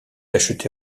acheté